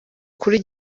kuri